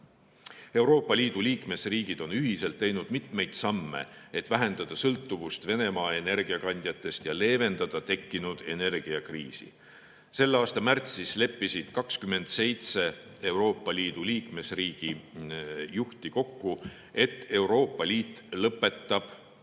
Liidu liikmesriigid on ühiselt teinud mitmeid samme, et vähendada sõltuvust Venemaa energiakandjatest ja leevendada tekkinud energiakriisi. Selle aasta märtsis leppisid 27 Euroopa Liidu liikmesriigi juhti kokku, et Euroopa Liit lõpetab